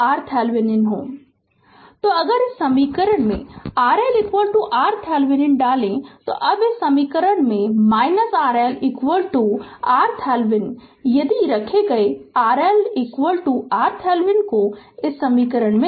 Refer Slide Time 0940 तो अगर इस समीकरण में RL RThevenin डालें तो अब इस समीकरण में RL RThevenin यदि रखे RL RTheveninको इस समीकरण में